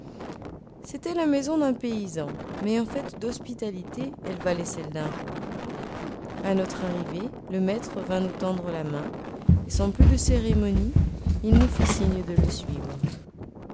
c'était la maison d'un paysan mais en fait d'hospitalité elle valait celle d'un roi a notre arrivée le maître vint nous tendre la main et sans plus de cérémonie il nous fit signe de le suivre